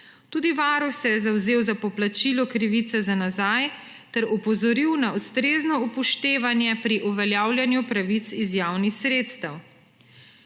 Tudi Varuh se je zavzel za poplačilo krivice za nazaj ter je opozoril na ustrezno upoštevanje pri uveljavljanju pravic iz javnih sredstev.